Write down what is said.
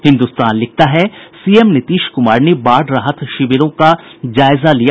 हिन्दुस्तान लिखता है सीएम नीतीश कुमार ने बाढ़ राहत शिविरों का जायजा लिया